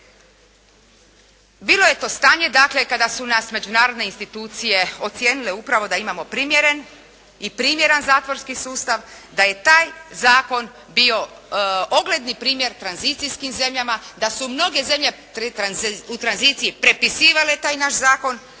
Bilo je to stanje dakle kada su nas međunarodne institucije ocijenile upravo da imamo primjeren i primjeran zatvorski sustav, da je taj zakon bio ogledni primjer tranzicijskim zemljama, da su mnoge zemlje u tranziciji prepisivale taj naš zakon,